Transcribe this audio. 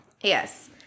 yes